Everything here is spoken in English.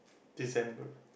December